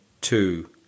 two